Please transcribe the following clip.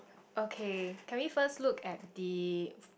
okay can we first look at the